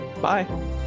Bye